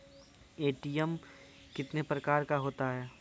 ATM कितने प्रकार का होता हैं?